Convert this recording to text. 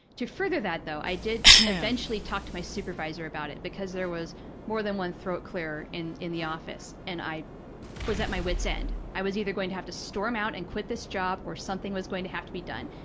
to further that, though, i did eventually talk to my supervisor about it because there was more than one throat-clearer in in the office, and i was at my wits' end. i was either going to have to storm out and quit this job or something was going to have to be done.